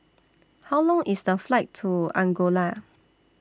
How Long IS The Flight to Angola